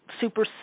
super